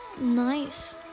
nice